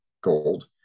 gold